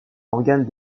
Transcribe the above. organe